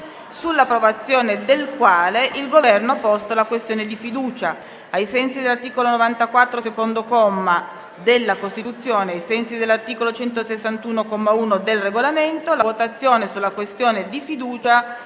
sull’approvazione del quale il Governo ha posto la questione di fiducia. Ricordo che ai sensi dell’articolo 94, secondo comma, della Costituzione e ai sensi dell’articolo 161, comma 1, del Regolamento, la votazione sulla questione di fiducia